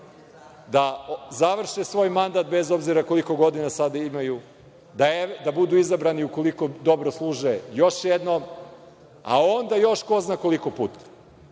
da završe svoj mandat bez obzira koliko godina sada imaju, da budu izabrani ukoliko dobro služe još jednom, a onda još ko zna koliko puta. Nisam